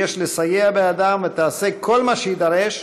שיש לסייע בידם, ותעשה כל מה שיידרש